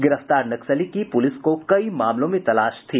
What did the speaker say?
गिरफ्तार नक्सली की पुलिस को कई मामलों में तलाश थी